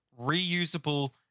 reusable